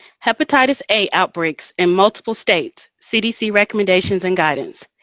hepatitis a outbreaks in multiple states cdc recommendations and guidance.